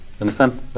Understand